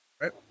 right